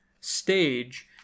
stage